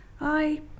I